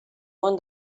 món